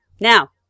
Now